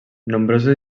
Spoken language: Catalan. nombroses